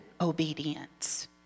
obedience